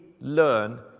learn